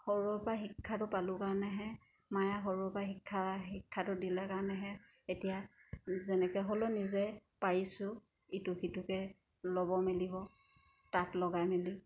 সৰুৰেপৰা শিক্ষাটো পালোঁ কাৰণেহে মায়ে সৰুৰেপৰা শিক্ষা শিক্ষাটো দিলে কাৰণেহে এতিয়া যেনেকৈ হ'লেও নিজে পাৰিছোঁ ইটো সিটোকৈ ল'ব মেলিব তাঁত লগাই মেলি